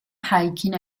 hiking